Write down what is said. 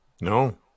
No